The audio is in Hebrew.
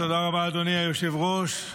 תודה רבה, אדוני היושב-ראש.